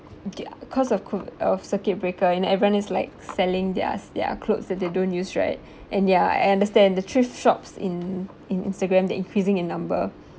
ya cause of COV~ of circuit breaker and everyone is like selling theirs their clothes that they don't use right and yeah I understand the thrift shops in in instagram they're increasing in number